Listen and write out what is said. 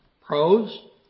Pros